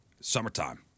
Summertime